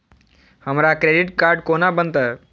हमरा credit card कोना बनतै?